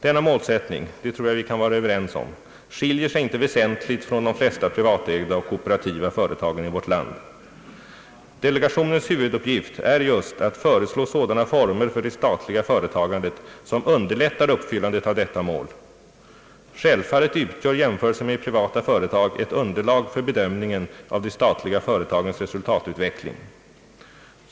Denna målsättning — det tror jag vi kan vara överens om — skiljer sig inte väsentligt från målsättningen för de flesta privatägda och kooperativa företagen i vårt land. Delegationens huvuduppgift är just att föreslå sådana former för det statliga företagandet som un derlättar uppfyllandet av detta mål. Självfallet utgör jämförelser med privata företag ett underlag för bedömningen av de statliga företagens resultatutveckling.